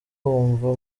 wumva